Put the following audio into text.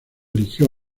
eligió